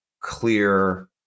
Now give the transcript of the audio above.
clear